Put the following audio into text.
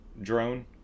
drone